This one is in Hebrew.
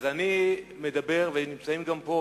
אז אני מדבר, ונמצאים גם פה